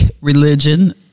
religion